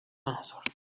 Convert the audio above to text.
answered